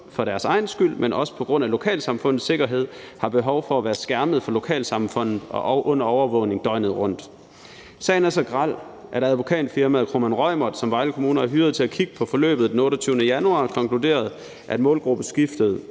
for deres egen skyld, men også på grund af lokalsamfundets sikkerhed, har behov for at være skærmet fra lokalsamfundet og under overvågning døgnet rundt. Sagen er så grel, at advokatfirmaet Kromann Reumert, som Vejle Kommune har hyret til at kigge på forløbet, den 28. januar konkluderede, at målgruppeskiftet,